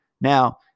Now